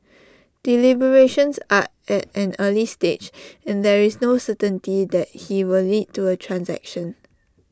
deliberations are at an early stage and there is no certainty that he will lead to A transaction